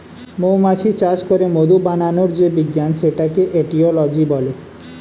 মৌমাছি চাষ করে মধু বানানোর যে বিজ্ঞান সেটাকে এটিওলজি বলে